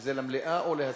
שזה למליאה או להסיר.